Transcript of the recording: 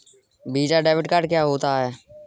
Visa debit card क्या होता है?